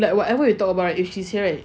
like whatever you talk about if she's here right